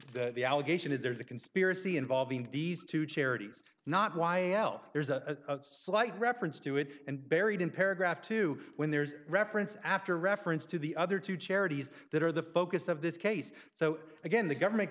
indictment the allegation is there's a conspiracy involving these two charities not y l there's a slight reference to it and buried in paragraph two when there's reference after reference to the other two charities that are the focus of this case so again the government